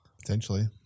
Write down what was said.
Potentially